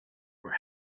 were